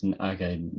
okay